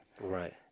Right